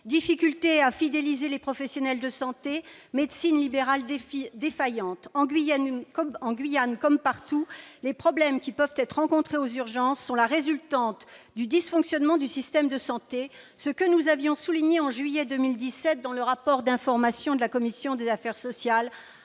difficultés à fidéliser les professionnels de santé, médecine libérale défaillante ... En Guyane comme partout, les problèmes rencontrés aux urgences sont la résultante du dysfonctionnement du système de santé, ce que j'avais souligné, en juillet 2017, dans le rapport d'information de la commission des affaires sociales